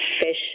fish